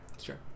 Sure